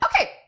okay